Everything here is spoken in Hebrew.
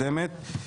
התשפ"ג 2023 אם כך,